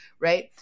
right